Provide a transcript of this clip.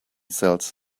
sells